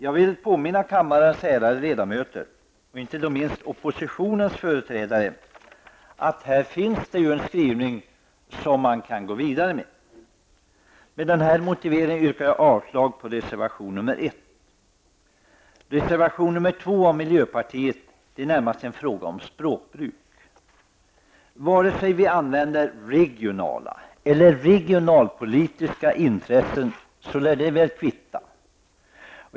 Jag vill påminna kammarens ärade ledamöter, och då inte minst oppositionens företrädare, att det här finns en skrivning som man kan gå vidare med. Med denna motivering yrkar jag avslag på reservation nr 1. Reservation nr 2 av miljöpartiet gäller närmast en fråga om språkbruk. Vare sig vi använder uttrycket regionala eller regionalpolitiska intressen så lär det kvitta.